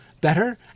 Better